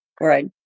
right